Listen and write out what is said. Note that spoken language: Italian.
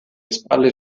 spalle